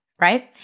right